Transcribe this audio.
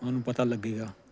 ਤੁਹਾਨੂੰ ਪਤਾ ਲੱਗੇਗਾ